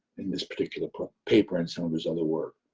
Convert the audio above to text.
in this particular paper and some of his other work.